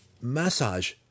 Massage